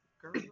Girl